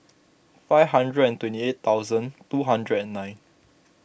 five hundred and twenty eight thousand two hundred and nine